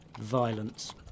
Violence